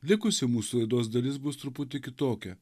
likusi mūsų laidos dalis bus truputį kitokia